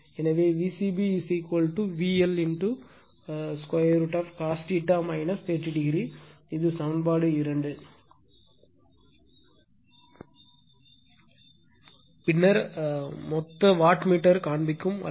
எனவே Vcb VL √ cos 30 o இது சமன்பாடு 2 பின்னர் மொத்த வாட் மீட்டர் காண்பிக்கும் அளவு